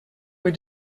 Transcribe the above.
were